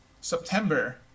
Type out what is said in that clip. September